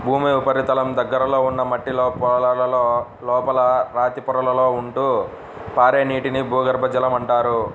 భూమి ఉపరితలం దగ్గరలో ఉన్న మట్టిలో పొరలలో, లోపల రాతి పొరలలో ఉంటూ పారే నీటిని భూగర్భ జలం అంటారు